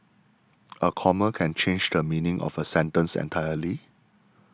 a comma can change the meaning of a sentence entirely